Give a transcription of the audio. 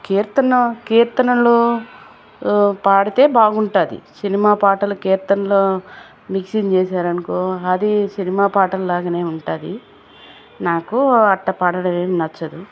కీర్తన కీర్తనలు పాడితే బాగుంటుంది సినిమా పాటలు కీర్తనలు మిక్సింగ్ చేసారు అనుకో అది సినిమా పాటలు లాగానే ఉంటుంది నాకు అట్ట పాడడమేమి నచ్చదు